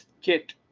kit